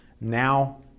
Now